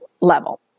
level